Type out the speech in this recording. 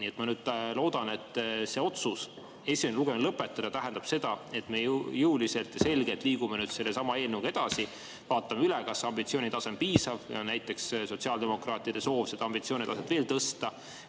Nii et ma nüüd loodan, et see otsus esimene lugemine lõpetada tähendab seda, et me jõuliselt ja selgelt liigume selle eelnõuga edasi, vaatame üle, kas ambitsioonitase on piisav – näiteks sotsiaaldemokraatide soov on seda ambitsioonitaset veel tõsta